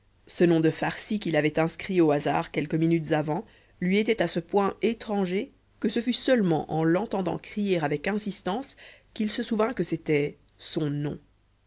ce nom de farcy qu'il avait inscrit au hasard quelques minutes avant lui était à ce point étranger que ce fut seulement en l'entendant crier avec insistance qu'il se souvint que c'était son nom